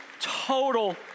total